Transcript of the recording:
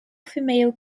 female